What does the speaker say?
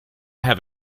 have